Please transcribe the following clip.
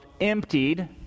emptied